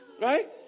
right